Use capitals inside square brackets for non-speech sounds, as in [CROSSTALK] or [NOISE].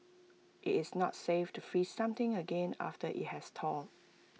[NOISE] IT is not safe to freeze something again after IT has thawed